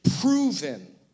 proven